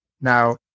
Now